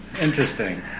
Interesting